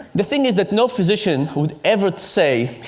the thing is that no physician would ever say,